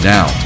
Now